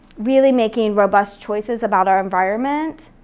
really making robust choices about our environment,